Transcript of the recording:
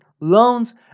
loans